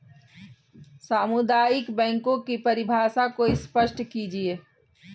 सामुदायिक बैंकों की परिभाषा को स्पष्ट कीजिए?